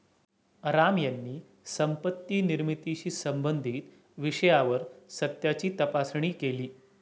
राम यांनी संपत्ती निर्मितीशी संबंधित विषयावर सत्याची तपासणी केली